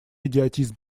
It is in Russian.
идиотизм